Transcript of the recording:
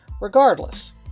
Regardless